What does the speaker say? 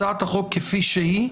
הצעת החוק כפי שהיא,